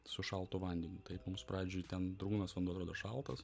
su šaltu vandeniu taip mums pradžioj ten drungnas vanduo atrodo šaltas